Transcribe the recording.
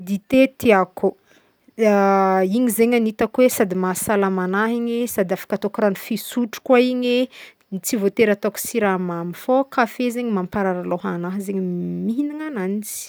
Dité tiàko igny zegny ny hitako hoe sady mahasalama agnahy igny e sady afaka ataoko rano fisotro koa koa igny e, tsy vôtery ataoko siramamy fô kafe zegny mamparary lohagnahy zegny mihignagna agnanjy.